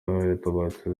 yatabarutse